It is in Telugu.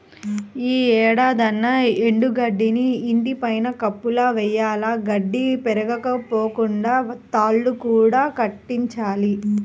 యీ ఏడాదన్నా ఎండు గడ్డిని ఇంటి పైన కప్పులా వెయ్యాల, గడ్డి ఎగిరిపోకుండా తాళ్ళు కూడా కట్టించాలి